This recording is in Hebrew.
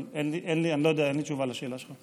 אבל אין לי תשובה על השאלה שלך.